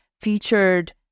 featured